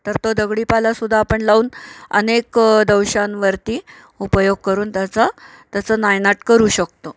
तर तो दगडी पालासुद्धा आपण लावून अनेक दंशांवरती उपयोग करून त्याचा त्याचं नायनाट करू शकतो